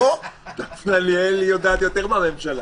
דפנה ליאל יודעת יותר מהממשלה.